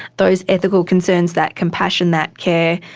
those ethical concerns, that compassion, that care,